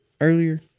earlier